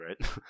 right